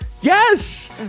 Yes